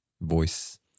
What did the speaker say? voice